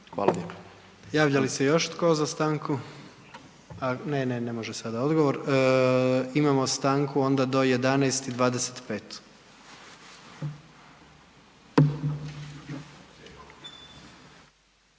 (HDZ)** Javlja li se još tko za stanku? Ne, ne može sada odgovor. Imamo stanku do 11,25.